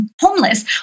homeless